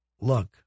look